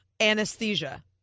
anesthesia